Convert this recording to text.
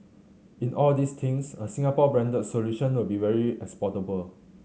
in all these things a Singapore branded solution will be very exportable